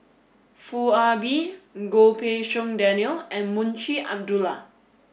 Foo Ah Bee Goh Pei Siong Daniel and Munshi Abdullah